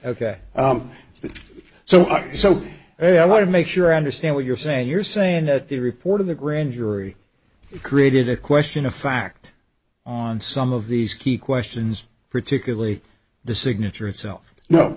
ok so so they i want to make sure i understand what you're saying you're saying that the report of the grand jury created a question of fact on some of these key questions particularly the signature itself no